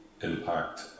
impact